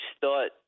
thought